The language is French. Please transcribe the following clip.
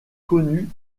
connu